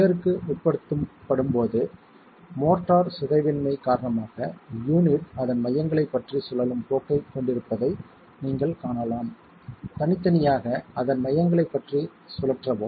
சியர்க்கு உட்படுத்தப்படும்போது மோர்ட்டார் சிதைவின்மை காரணமாக யூனிட் அதன் மையங்களைப் பற்றி சுழலும் போக்கைக் கொண்டிருப்பதை நீங்கள் காணலாம் தனித்தனியாக அதன் மையங்களைப் பற்றி சுழற்றவும்